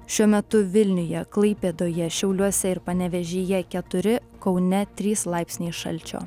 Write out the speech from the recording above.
šiuo metu vilniuje klaipėdoje šiauliuose ir panevėžyje keturi kaune trys laipsniai šalčio